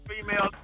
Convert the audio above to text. females